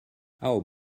how